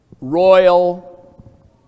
royal